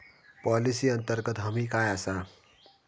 Policy अंतर्गत हमी काय आसा?